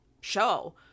show